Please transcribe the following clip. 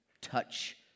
touch